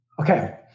Okay